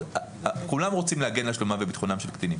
כולם רוצים להגן על שלומם וביטחונם של קטינים,